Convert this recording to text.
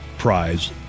Prize